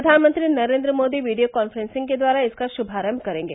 प्रधानमंत्री Narendra Modi video conferencing के द्वारा इसका श्मारम्भ करेंगे